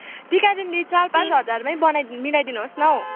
त्यही कारणले चार पाँच हजारमै बनाइ मिलाइदिनुहोस् न हो